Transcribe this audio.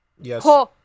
Yes